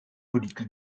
politique